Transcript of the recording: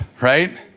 right